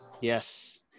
Yes